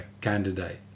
candidate